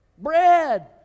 bread